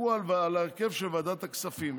תקוע על ההרכב של ועדת הכספים.